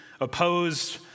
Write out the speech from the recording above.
opposed